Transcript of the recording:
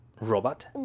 robot